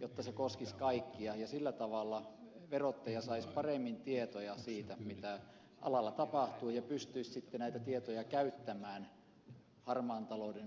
jotta se koskisi kaikkia ja sillä tavalla verottaja saisi paremmin tietoja siitä mitä alalla tapahtuu ja pystyisi sitten näitä tietoja käyttämään harmaan talouden kitkemiseksi